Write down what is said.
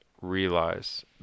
realize